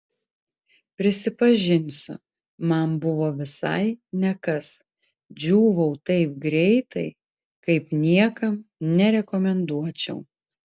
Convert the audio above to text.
prisipažinsiu man buvo visai ne kas džiūvau taip greitai kaip niekam nerekomenduočiau